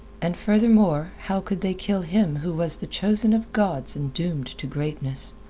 and, furthermore, how could they kill him who was the chosen of gods and doomed to greatness?